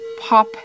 pop